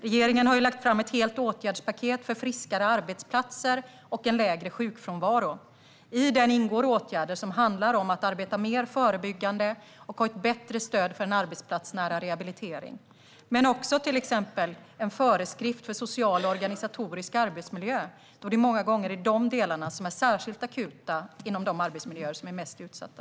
Regeringen har lagt fram ett helt åtgärdspaket för friskare arbetsplatser och en lägre sjukfrånvaro. I den ingår åtgärder som handlar om att arbeta mer förebyggande och ha ett bättre stöd för en arbetsplatsnära rehabilitering. Det finns till exempel en föreskrift för organisatorisk och social arbetsmiljö då det många gånger är de delarna som är särskilt akuta inom de arbetsmiljöer som är mest utsatta.